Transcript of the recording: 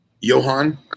Johan